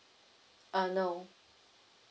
uh no